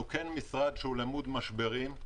אנחנו כן משרד שהוא למוד משברים,